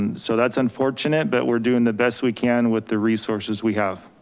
and so that's unfortunate, but we're doing the best we can with the resources we have.